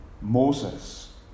Moses